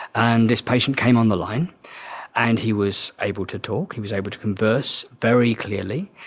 and this patient came on the line and he was able to talk, he was able to converse very clearly.